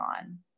on